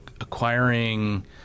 acquiring